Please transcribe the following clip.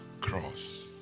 cross